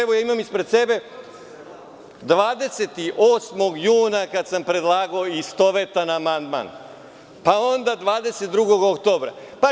Evo imam ispred sebe: 22. juna kada sam predlagao istovetan amandman, pa onda 22. oktobra.